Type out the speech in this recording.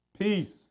Peace